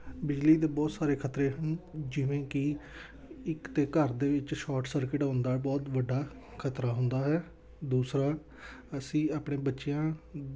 ਬਿਜਲੀ ਤੋਂ ਬਹੁਤ ਸਾਰੇ ਖਤਰੇ ਹਨ ਜਿਵੇਂ ਕਿ ਇੱਕ ਤਾਂ ਘਰ ਦੇ ਵਿੱਚ ਸ਼ੋਟ ਸਰਕਿਟ ਹੋਣ ਦਾ ਬਹੁਤ ਵੱਡਾ ਖ਼ਤਰਾ ਹੁੰਦਾ ਹੈ ਦੂਸਰਾ ਅਸੀਂ ਆਪਣੇ ਬੱਚਿਆਂ